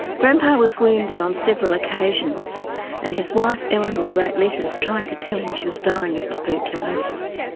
grandpa was wounded on several occasions and his wife eleanor wrote letters trying to tell him she was dying of tuberculosis.